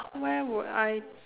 where would I